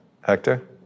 Hector